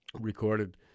recorded